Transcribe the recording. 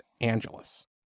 Angeles